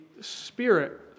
Spirit